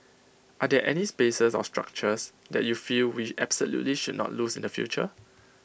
are there any spaces or structures that you feel we absolutely should not lose in the future